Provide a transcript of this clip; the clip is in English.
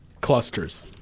Clusters